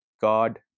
God